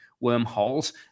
wormholes